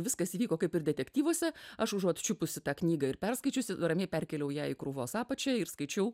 viskas įvyko kaip ir detektyvuose aš užuot čiupusi tą knygą ir perskaičiusi ramiai perkėliau ją į krūvos apačią ir skaičiau